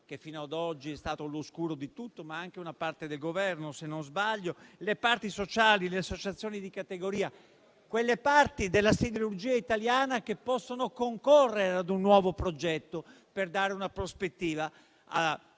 che fino ad oggi è stato all'oscuro di tutto, e anche una parte del Governo, se non sbaglio, le parti sociali, le associazioni di categoria, quelle parti della siderurgia italiana che possono concorrere a un nuovo progetto per dare una prospettiva a